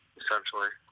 essentially